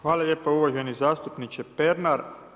Hvala lijepa uvaženi zastupniče Pernar.